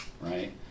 right